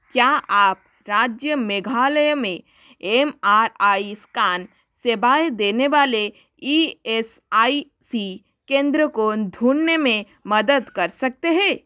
क्या आप राज्य मेघालय में एम आर आई स्कैन सेवाएँ देने वाले ई एस आई सी केंद्रों को ढूँढने में मदद कर सकते हैं